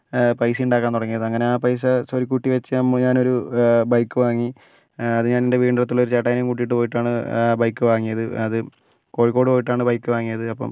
പൈസ ഉണ്ടാക്കാൻ തുടങ്ങിയത് അങ്ങനെ ആ പൈസ സ്വരുക്കൂട്ടി വെച്ച് ഞാനൊരു ബൈക്ക് വാങ്ങി അത് ഞാൻ എന്റെ വീടിനടുത്തുള്ള ഒരു ചേട്ടായിനേം കൂട്ടിയിട്ട് പോയിട്ടാണ് ബൈക്ക് വാങ്ങിയത് അത് കോഴിക്കോട് പോയിട്ടാണ് ബൈക്ക് വാങ്ങിയത് അപ്പം